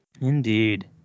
Indeed